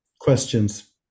questions